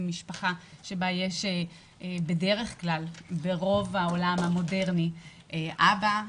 משפחת יתומים היא משפחה שבה יש בדרך כלל ברוב העולם המודרני אבא,